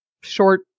short